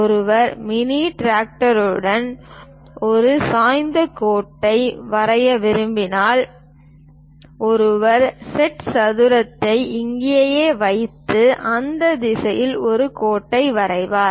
ஒருவர் மினி டிராஃப்டருடன் ஒரு சாய்ந்த கோட்டை வரைய விரும்பினால் ஒருவர் செட் சதுரத்தை அங்கேயே வைத்து அந்த திசையில் ஒரு கோட்டை வரைவார்